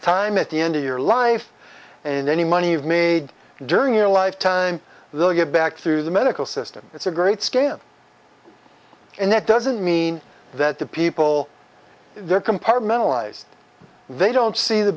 time at the end of your life and any money you've made during your lifetime they'll give back through the medical system it's a great scale and that doesn't mean that the people there compartmentalize they don't see the